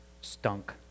stunk